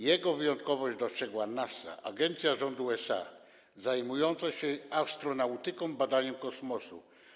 Jego wyjątkowość dostrzegła NASA - agencja rządu USA zajmująca się astronautyką i badaniem kosmosu.